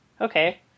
Okay